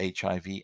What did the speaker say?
HIV